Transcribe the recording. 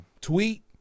Tweet